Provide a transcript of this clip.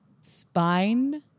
spine